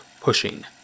pushing